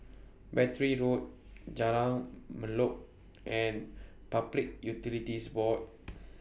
Battery Road Jalan Molek and Public Utilities Board